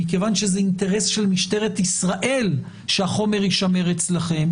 מכיוון שזה אינטרס של משטרת ישראל שהחומר יישמר אצלכם,